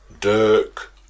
Dirk